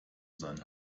sein